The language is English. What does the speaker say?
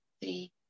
three